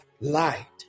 Light